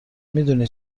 میدونی